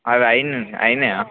అవి అవి అయినయా